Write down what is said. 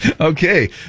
Okay